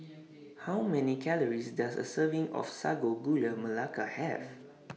How Many Calories Does A Serving of Sago Gula Melaka Have